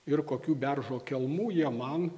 ir kokių beržo kelmų jie man